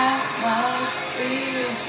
Atmosphere